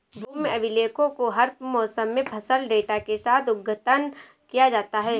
भूमि अभिलेखों को हर मौसम में फसल डेटा के साथ अद्यतन किया जाता है